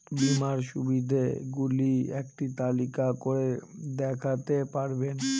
বীমার সুবিধে গুলি একটি তালিকা করে দেখাতে পারবেন?